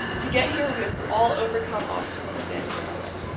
to get here, we have all overcome obstacles standing in our way.